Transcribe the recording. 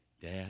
Dad